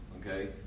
okay